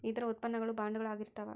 ಇದರ ಉತ್ಪನ್ನ ಗಳು ಬಾಂಡುಗಳು ಆಗಿರ್ತಾವ